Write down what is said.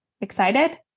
excited